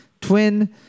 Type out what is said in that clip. twin